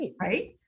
Right